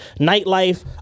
nightlife